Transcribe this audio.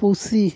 ᱯᱩᱥᱤ